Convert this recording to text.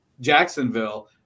Jacksonville